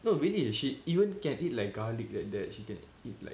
no really eh she even can eat like garlic like that she can eat like